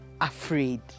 afraid